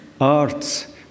arts